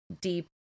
deep